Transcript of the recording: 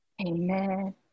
amen